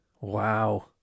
Wow